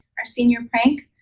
our senior prank,